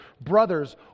brothers